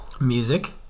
Music